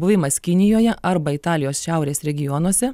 buvimas kinijoje arba italijos šiaurės regionuose